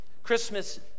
Christmas